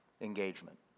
engagement